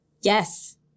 yes